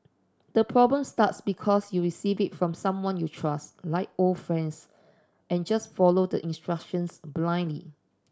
the problem starts because you receive it from someone you trust like old friends and just follow the instructions blindly